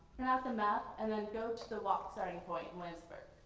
print out the map and then go to the walk starting point in williamsburg.